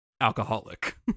alcoholic